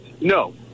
no